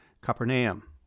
Capernaum